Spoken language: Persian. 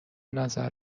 نظر